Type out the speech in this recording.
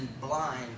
blind